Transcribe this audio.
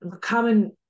common